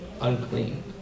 unclean